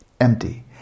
empty